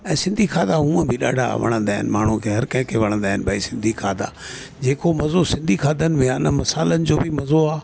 ऐं सिंधी खाधा हूअं बि ॾाढा वणंदा आहिनि हर कंहिंखे वणंदा आहिनि भई सिंधी ब खाधा जेको मज़ो सिंधी खाधनि में आहे न मसालनि जो बि मज़ो आहे